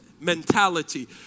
mentality